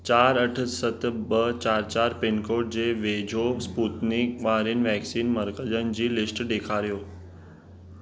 चार अठ सत ॿ चार चार पिनकोड जे वेझो स्पूतनिक वारनि वैक्सीन मर्कज़नि जी लिस्ट ॾेखारियो